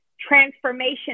transformation